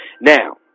Now